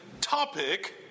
topic